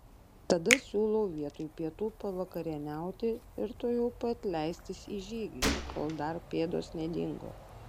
tada siūlau vietoj pietų pavakarieniauti ir tuojau pat leistis į žygį kol dar pėdos nedingo